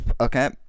okay